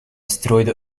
strooide